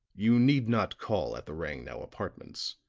you need not call at the rangnow apartments.